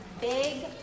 big